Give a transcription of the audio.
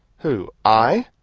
who i?